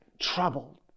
troubled